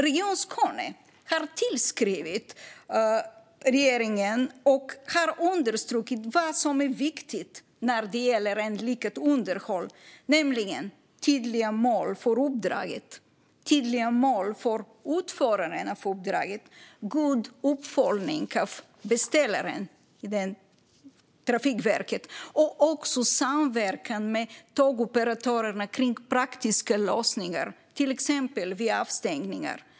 Region Skåne har tillskrivit regeringen och har understrukit vad som är viktigt när det gäller lyckat underhåll, nämligen tydliga mål för uppdraget, tydliga mål för utföraren att utföra uppdraget, god uppföljning av beställaren samt vidare samverkan med tågoperatörerna för praktiska lösningar exempelvis vid avstängningar.